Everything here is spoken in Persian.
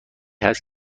هست